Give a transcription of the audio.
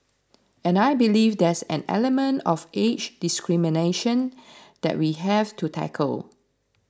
and I believe there's an element of age discrimination that we have to tackle